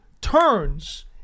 turns